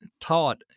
taught